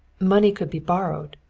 money could be borrowed,